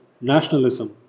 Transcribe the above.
nationalism